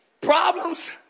Problems